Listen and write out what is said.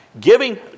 Giving